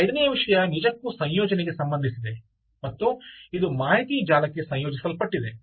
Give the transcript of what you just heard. ಐದನೆಯ ವಿಷಯ ನಿಜಕ್ಕೂ ಸಂಯೋಜನೆಗೆ ಸಂಬಂಧಿಸಿದೆ ಮತ್ತು ಇದು ಮಾಹಿತಿ ಜಾಲಕ್ಕೆ ಸಂಯೋಜಿಸಲ್ಪಟ್ಟಿದೆ